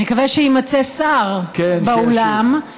נקווה שיימצא שר באולם,